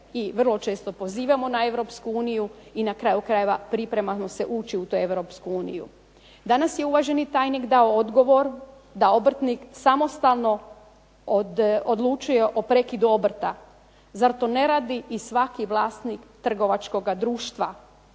i vrlo često pozivamo na Europsku uniju i na kraju krajeva pripremamo se ući u tu Europsku uniju. Danas je uvaženi tajnik dao odgovor da obrtnik samostalno odlučuje o prekidu obrta. Zar to ne radi i svaki vlasnik trgovačkog društva?